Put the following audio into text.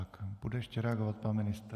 Tak, bude ještě reagovat pan ministr?